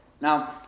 Now